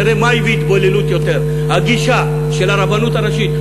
נראה מה הביא להתבוללות יותר: הגישה של הרבנות הראשית,